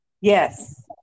yes